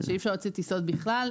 שאי אפשר להוציא טיסות בכלל?